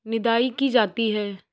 निदाई की जाती है?